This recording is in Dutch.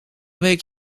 week